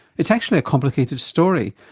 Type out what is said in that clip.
it's actually a complicated story,